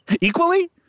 equally